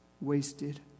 wasted